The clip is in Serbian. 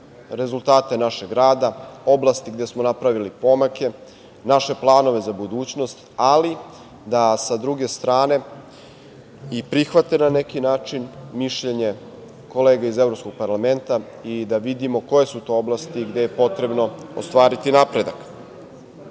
rezultate našeg rada, oblasti gde smo napravili pomake, naše planove za budućnost, ali da sa druge strane i prihvate na neki način mišljenje kolega iz evropskog parlamenta i da vidimo koje su to oblasti gde je potrebno ostvariti napredak. Ranije